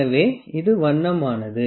எனவே இது வண்ணமானது